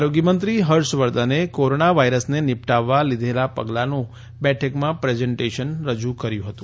આરોગ્યમંત્રી હર્ષવર્ધને કોરોના વાયરસને નીપટાવવા લીધેલા પગલાનું બેઠકમાં પ્રેઝન્ટેશન રજૂ કર્યું હતું